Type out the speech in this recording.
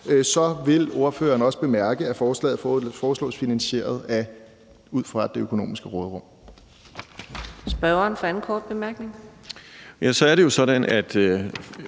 så vil man også bemærke, at forslagene foreslås finansieret af det økonomiske råderum.